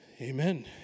Amen